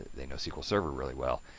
they know sql server really well,